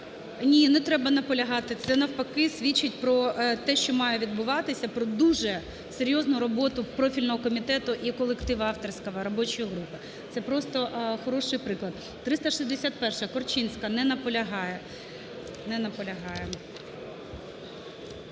Ні, не треба наполягати. Це, навпаки, свідчить про те, що має відбуватися, про дуже серйозну роботу профільного комітету, і колективу авторського, робочої групи. Це просто хороший приклад. 361-а, Корчинська. Не наполягає.